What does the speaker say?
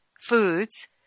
foods